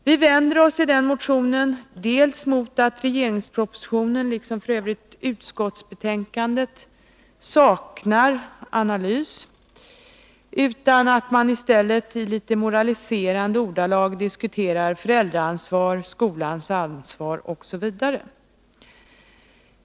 Vi vänder oss i denna motion dels mot att regeringspropositionen liksom f. ö. också utskottsbetänkandet saknar analys. I allmänna, moraliserande ordalag diskuterar man i stället föräldraansvar, skolans ansvar osv.